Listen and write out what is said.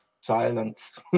Silence